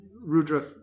Rudra